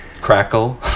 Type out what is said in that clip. crackle